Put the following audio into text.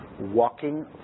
walking